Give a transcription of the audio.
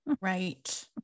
Right